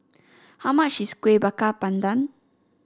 how much is Kueh Bakar Pandan